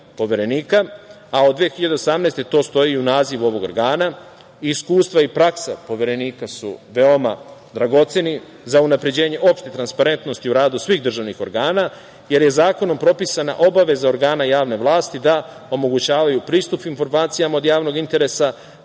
a od 2018. godine, to stoji i u nazivu ovog organa. Iskustva i praksa Poverenika su veoma dragoceni za unapređenje opšte transparentnosti u radu svih državnih organa, jer je zakonom propisana obaveza organa javne vlasti da omogućavaju pristup informacijama od javnog interesa,